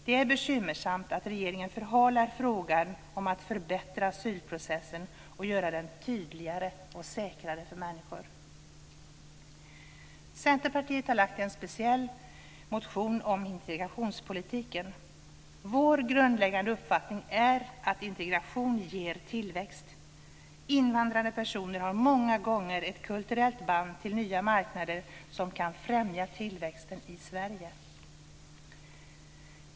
Det är bekymmersamt att regeringen förhalar frågan att förbättra asylprocessen och göra den tydligare och säkrare för människor. Centerpartiet har väckt en speciell motion om integrationspolitiken. Vår grundläggande uppfattning är att integration ger tillväxt. Invandrade personer har många gånger ett kulturellt band till nya marknader som kan främja tillväxten i Sverige.